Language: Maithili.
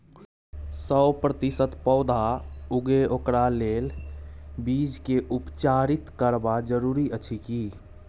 सौ प्रतिसत पौधा उगे ओकरा लेल बीज के उपचारित करबा जरूरी अछि की?